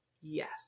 Yes